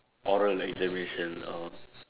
oral examination oh